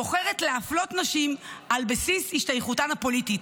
בוחרת להפלות נשים על בסיס השתייכותן הפוליטית,